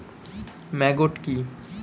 Maggot কি?